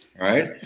right